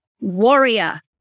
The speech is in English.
warrior